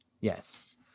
yes